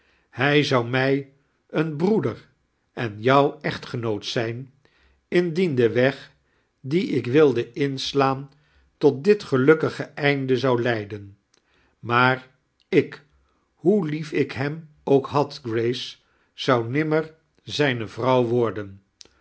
hij zou mij een breeder en jou echitgenoot zijn indtien de weg dien ik wilde imstaan tot dit gelukkige einde zou lieiden maar ik hoe lief ik hem ook had gtrace zou nimmeir zijne vrwuw worden